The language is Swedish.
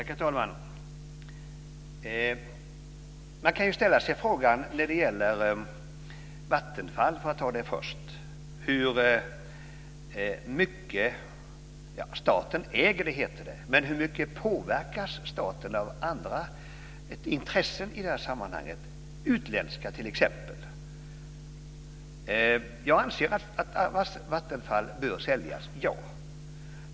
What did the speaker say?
Herr talman! När det gäller Vattenfall kan man ju ställa sig frågan hur mycket staten påverkas av andra intressen, utländska t.ex. Jag anser att Vattenfall bör säljas.